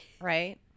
right